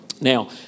Now